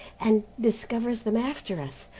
and discovers them after us.